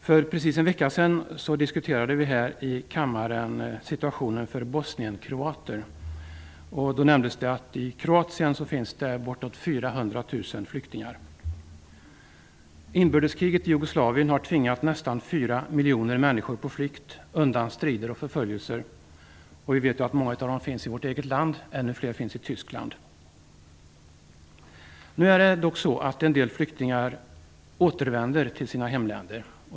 För en vecka sedan diskuterade vi i kammaren situationen för bosnienkroater, och i det sammanhanget nämndes att Kroatien har nästan 400 000 flyktingar. Inbördeskriget i Jugoslavien har tvingat nästan 4 miljoner människor på flykt undan strider och förföljelser. Många av dem finns i vårt land, ännu fler i En del flyktingar återvänder till sina hemländer.